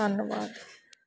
ਧੰਨਵਾਦ